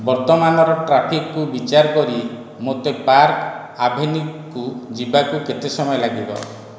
ବର୍ତ୍ତମାନର ଟ୍ରାଫିକକୁ ବିଚାର କରି ମୋତେ ପାର୍କ ଆଭେନ୍ୟୁକୁ ଯିବାକୁ କେତେ ସମୟ ଲାଗିବ